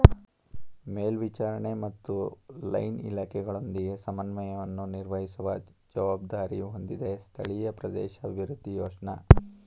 ಮೇಲ್ವಿಚಾರಣೆ ಮತ್ತು ಲೈನ್ ಇಲಾಖೆಗಳೊಂದಿಗೆ ಸಮನ್ವಯವನ್ನು ನಿರ್ವಹಿಸುವ ಜವಾಬ್ದಾರಿ ಹೊಂದಿದೆ ಸ್ಥಳೀಯ ಪ್ರದೇಶಾಭಿವೃದ್ಧಿ ಯೋಜ್ನ